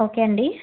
okay అండి